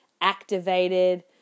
activated